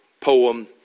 poem